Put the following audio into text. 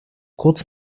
kurz